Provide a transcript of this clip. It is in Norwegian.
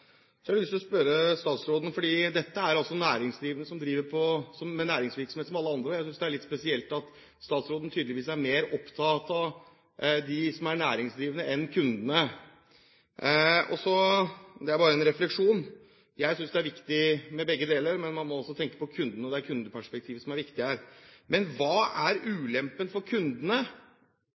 så – det er bare en refleksjon: Jeg synes det er viktig med begge deler, men man må også tenke på kundene. Det er kundeperspektivet som er viktig her. Men hva er ulempene for kundene